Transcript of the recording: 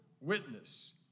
witness